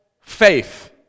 faith